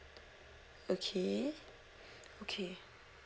okay okay